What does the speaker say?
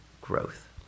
growth